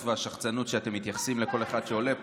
והשחצנות שבהן אתם מתייחסים לכל אחד שעולה לפה,